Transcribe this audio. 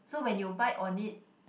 so when you bite on it